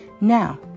Now